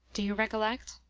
do you recollect?